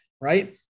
right